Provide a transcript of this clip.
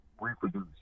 reproduce